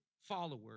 follower